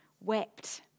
wept